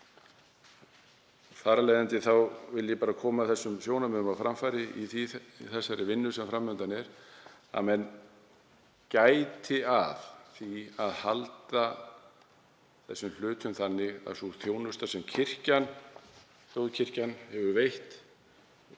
af leiðandi vil ég koma þessum sjónarmiðum á framfæri í þeirri vinnu sem fram undan er, að menn gæti að því að halda þessum hlutum þannig að sú þjónusta sem þjóðkirkjan hefur veitt